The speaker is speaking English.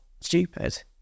stupid